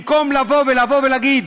במקום להגיד: